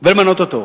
ולמנות אותו.